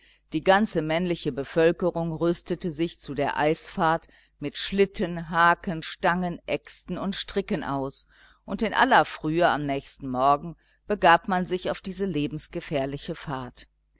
die ganze männliche bevölkerung rüstete sich zu der eisfahrt mit schlitten haken stangen äxten und stricken aus und in aller frühe am nächsten morgen begab man sich auf diese lebensgefährliche fahrt